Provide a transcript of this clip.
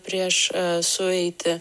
prieš sueitį